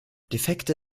defekte